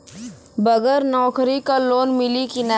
बगर नौकरी क लोन मिली कि ना?